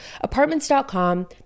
Apartments.com